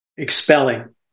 Expelling